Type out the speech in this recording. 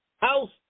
House